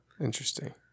Interesting